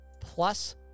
plus